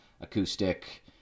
acoustic